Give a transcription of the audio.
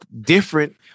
different